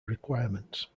requirements